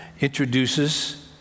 introduces